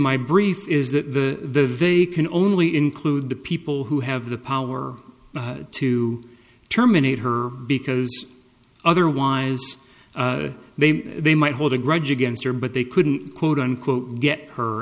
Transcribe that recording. my brief is that the they can only include the people who have the power to terminate her because otherwise they might hold a grudge against her but they couldn't quote unquote get her